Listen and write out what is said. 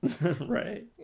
right